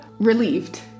relieved